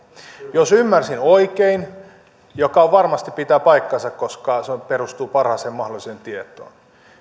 jos ymmärsin oikein mikä varmasti pitää paikkansa koska se perustuu parhaaseen mahdolliseen tietoon